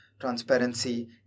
transparency